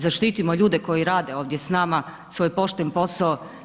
Zaštitimo ljude koji rade ovdje s nama svoj pošten posao.